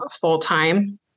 full-time